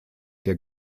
der